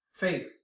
faith